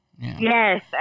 Yes